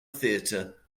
theater